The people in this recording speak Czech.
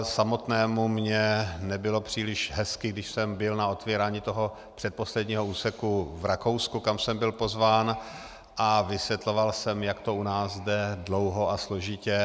Samotnému mně nebylo příliš hezky, když jsem byl na otevírání toho předposledního úseku v Rakousku, kam jsem byl pozván, a vysvětloval jsem, jak to u nás jde dlouho a složitě.